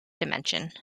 dimension